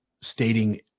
stating